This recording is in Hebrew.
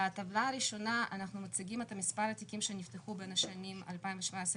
בטבלה הראשונה אנחנו מציגים את מספר התיקים שנפתחו בין השנים 2017-2020,